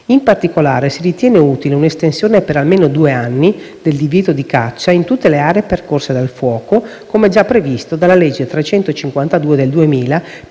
In particolare, si ritiene utile un'estensione per almeno due anni del divieto di caccia in tutte le aree percorse dal fuoco, come già previsto dalla legge n. 353 del 2000